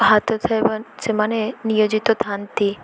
ହାତ ସେମାନେ ନିୟୋଜିତ ଥାଆନ୍ତି